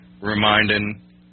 reminding